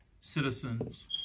citizens